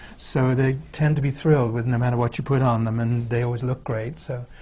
so, they tend to be thrilled with no matter what you put on them, and they always look great. so